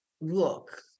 look